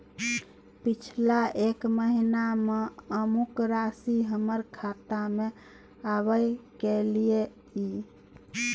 पिछला एक महीना म अमुक राशि हमर खाता में आबय कैलियै इ?